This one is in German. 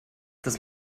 dass